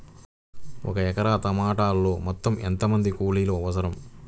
ఒక ఎకరా టమాటలో మొత్తం ఎంత మంది కూలీలు అవసరం?